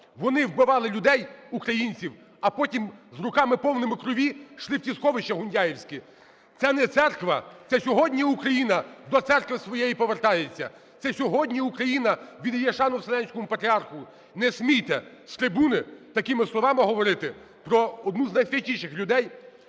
Вони вбивали людей – українців, а потім з руками, повними крові, йшли в ці сховища гундяєвські! Це не церква! Це сьогодні Україна до церкви своєї повертається! Це сьогодні Україна віддає шану Вселенському Патріарху! Не смійте з трибуни такими словами говорити про одного з найсвятіших людей